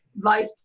life